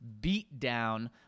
beatdown